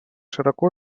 широко